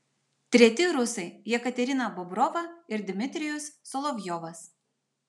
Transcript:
treti rusai jekaterina bobrova ir dmitrijus solovjovas